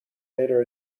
later